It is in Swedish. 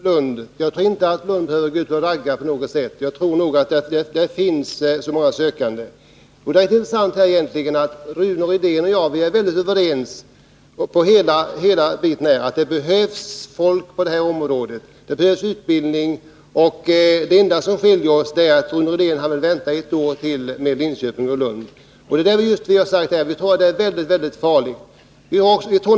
Herr talman! Jag tror inte att man i Lund behöver gå ut och ragga elever — det finns säkert tillräckligt många sökande. Rune Rydén och jag är överens om att det behövs utbildning på det här området. Det enda som skiljer oss är att Rune Rydén vill vänta ytterligare ett år med utbildningen i Linköping och Lund. Vi socialdemokrater tror däremot att det är väldigt farligt att vänta.